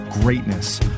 greatness